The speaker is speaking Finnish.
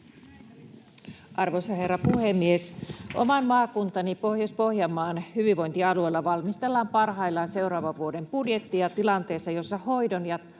Arvoisa herra puhemies! Oman maakuntani Pohjois-Pohjanmaan hyvinvointialueilla valmistellaan parhaillaan seuraavan vuoden budjettia tilanteessa, jossa hoidon ja